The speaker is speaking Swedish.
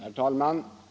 Herr talman!